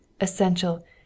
essential